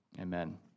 Amen